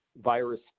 virus